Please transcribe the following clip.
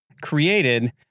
created